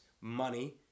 money